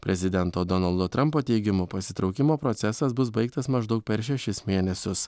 prezidento donaldo trampo teigimu pasitraukimo procesas bus baigtas maždaug per šešis mėnesius